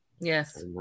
Yes